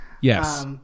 Yes